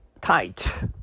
Tight